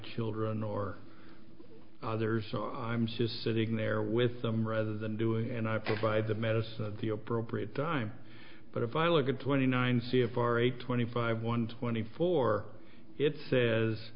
children or there's no i'm just sitting there with them rather than doing and i feel by the medicine the appropriate time but if i look at twenty nine c f r a twenty five one twenty four it says